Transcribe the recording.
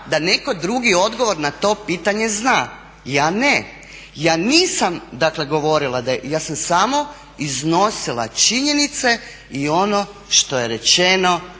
da netko drugi odgovor na to pitanje zna, ja ne. Ja nisam dakle govorila, ja sam samo iznosila činjenice i ono što je rečeno